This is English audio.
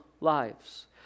lives